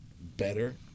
better